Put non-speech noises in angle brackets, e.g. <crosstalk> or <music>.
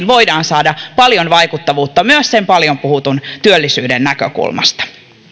<unintelligible> voidaan saada paljon vaikuttavuutta myös sen paljon puhutun työllisyyden näkökulmasta